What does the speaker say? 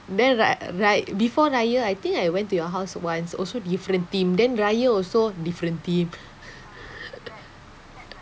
then ra~ ray~ before raya I think I went to your house once also different theme then raya also different theme